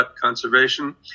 conservation